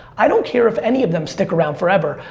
i don't care if any of them stick around forever.